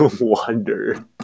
Wonder